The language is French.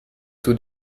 tout